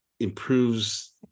improves